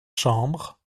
chambre